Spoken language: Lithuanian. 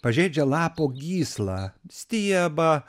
pažeidžia lapo gyslą stiebą